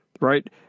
right